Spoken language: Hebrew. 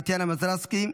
טטיאנה מזרסקי,